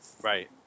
Right